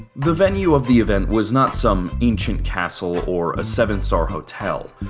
the venue of the event was not some ancient castle or a seven-star hotel,